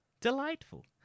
delightful